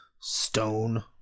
Stone